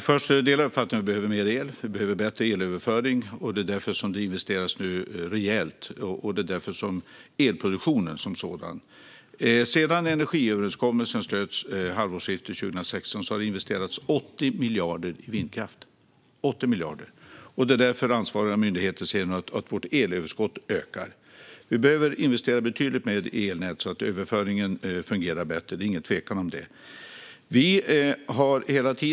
Herr talman! Jag delar uppfattningen att vi behöver mer el och bättre elöverföring. Det är därför det nu investeras rejält i elproduktionen som sådan. Sedan energiöverenskommelsen slöts vid halvårsskiftet 2016 har det investerats hela 80 miljarder i vindkraft. Det är därför ansvariga myndigheter nu ser att vårt elöverskott ökar. Vi behöver investera betydligt mer i elnätet, så att överföringen fungerar bättre; det är ingen tvekan om det.